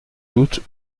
doute